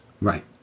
Right